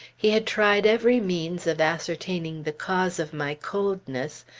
he had tried every means of ascertaining the cause of my coldness,